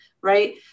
right